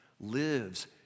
lives